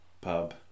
pub